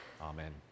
amen